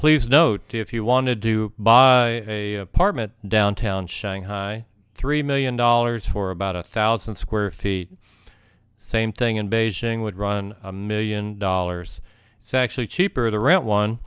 please note if you want to do buy a apartment downtown shanghai three million dollars for about a thousand square feet same thing in beijing would run a million dollars it's actually cheaper to rent one